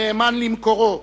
נאמן למקורו,